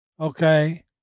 okay